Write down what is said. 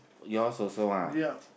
your's also ah